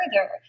further